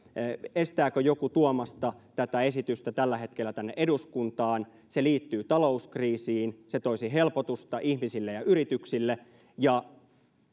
estääkö joku tuomasta tätä esitystä tällä hetkellä tänne eduskuntaan se liittyy talouskriisiin se toisi helpotusta ihmisille ja yrityksille ja